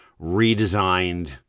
redesigned